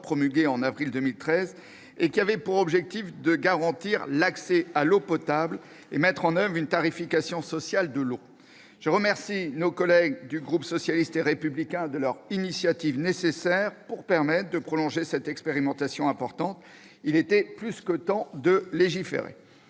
promulguée en avril 2013 et qui avait pour objectif de garantir l'accès à l'eau potable et de mettre en oeuvre une tarification sociale de l'eau. Je remercie nos collègues du groupe socialiste et républicain de leur initiative indispensable pour prolonger cette expérimentation importante. Il était plus que temps de légiférer